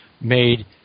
made